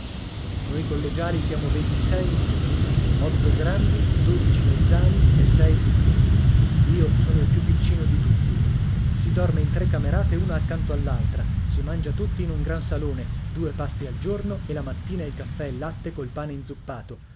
noi collegiali siamo ventisei in tutti otto grandi dodici mezzani e sei piccoli io sono il più piccino di tutti si dorme in tre camerate una accanto all'altra si mangia tutti in un gran salone due pasti al giorno e la mattina il caffè e latte col pane inzuppato